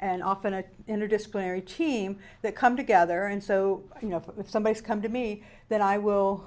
and often an interdisciplinary team that come together and so you know up with somebody come to me that i will